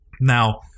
Now